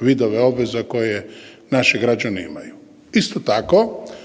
vidove obveza koje naši građani imaju. Isto tako,